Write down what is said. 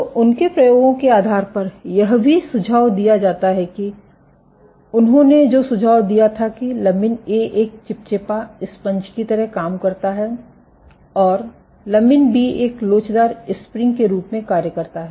तो उनके प्रयोगों के आधार पर यह भी सुझाव दिया जाता है कि उन्होंने सुझाव दिया था कि लमीन ए एक चिपचिपा स्पंज की तरह काम करता है और लमीन बी एक लोचदार स्प्रिंग के रूप में कार्य करता है